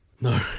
No